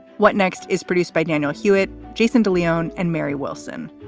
what next is produced by daniel hewitt, jason de leon and mary wilson.